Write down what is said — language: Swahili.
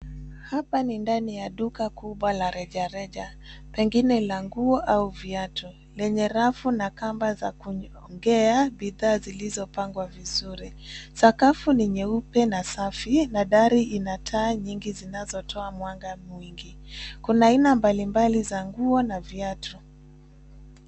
Hapa ni ndani ya duka kubwa la rejareja pengine la nguo au viatu lenye rafu na kamba za kunyongea bidhaa zilizopangwa vizuri. Sakafu ni nyeupe na safi na dari ina taa nyingi zinazotoa mwanga mwingi. Kuna aina mbalimbali za nguo na viatu.